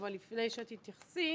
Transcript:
אבל לפני שאת תייחסי,